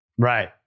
Right